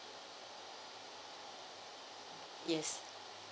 yes